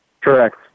Correct